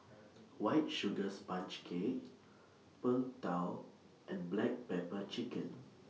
White Sugar Sponge Cake Png Tao and Black Pepper Chicken